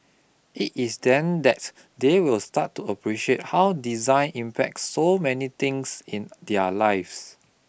it is then that they will start to appreciate how design impacts so many things in their lives